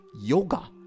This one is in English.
yoga